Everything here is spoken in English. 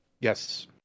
Yes